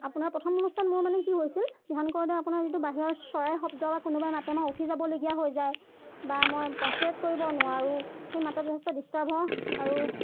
আপোনাৰ প্ৰথম অৱস্থাত মোৰ মানে কি হৈছিল ধ্যান কৰোতে আপোনাৰ যিটো বাহিৰৰ চৰাই শব্দ বা কোনোবাই মাতে মই উঠি যাবলগীয়া হৈ যায় বা মই কনচনট্ৰেট কৰিব নোৱাৰোঁ সেই মাত যথেষ্ট ডিষ্টাৰ্ব হওঁ আৰু